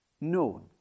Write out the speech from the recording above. known